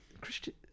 Christian